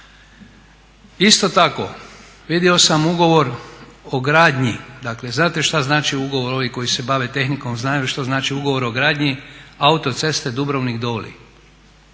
Isto tako vidio sam ugovor o gradnji, dakle znate šta znači ugovor ovi koji se bave tehnikom znaju što znači ugovor o gradnji autoceste Dubrovnik-Doli.